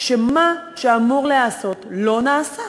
שמה שאמור להיעשות לא נעשה